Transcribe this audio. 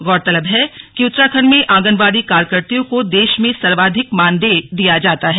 गौरतलब है कि उत्तराखंड में आंगनवाड़ी कार्यकर्वियों को देश में सर्वाधिक मानदेय दिया जाता है